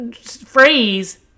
phrase